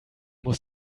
muss